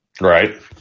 Right